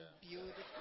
beautiful